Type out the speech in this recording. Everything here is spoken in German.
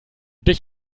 dich